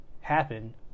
happen